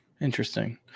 Interesting